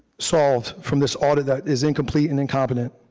solved from this audit that is incomplete and incompetent.